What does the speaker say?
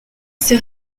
sais